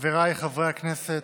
חבריי חברי הכנסת,